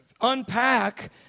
unpack